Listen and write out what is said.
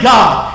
God